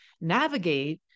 navigate